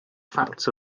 facts